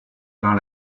par